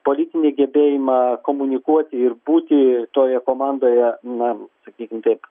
politinį gebėjimą komunikuoti ir būti toje komandoje na sakykim taip